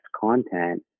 content